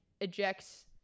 ejects